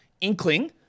inkling